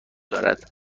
دارد